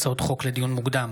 הצעות חוק לדיון מוקדם,